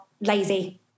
lazy